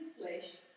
flesh